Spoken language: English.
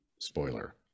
spoiler